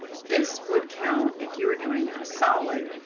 this would count if you were doing a solid.